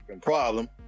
problem